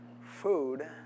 food